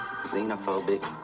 xenophobic